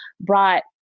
brought